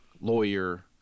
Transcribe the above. lawyer